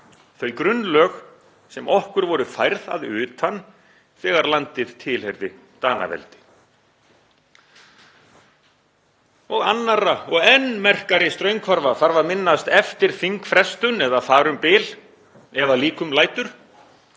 þau grunnlög sem okkur voru færð að utan þegar landið tilheyrði Danaveldi. 2 Annarra og enn merkari straumhvarfa þarf að minnast eftir þingfrestun eða þar um bil, ef að líkum lætur.